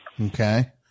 Okay